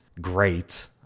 great